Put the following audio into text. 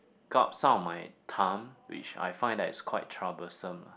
up some of my time which I find that is quite troublesome